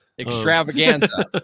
extravaganza